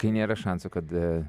kai nėra šansų kad